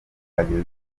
bageze